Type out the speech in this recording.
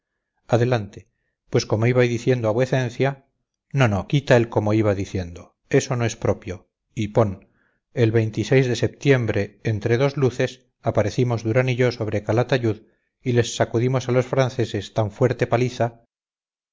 adelante pues como iba diciendo a vuecencia no no quita el como iba diciendo eso no es propio y pon el de setiembre entre dos luces aparecimos durán y yo sobre calatayud y les sacudimos a los franceses tan fuerte paliza